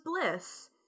Bliss